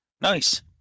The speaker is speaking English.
Nice